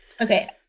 Okay